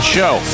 Show